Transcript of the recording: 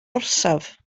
orsaf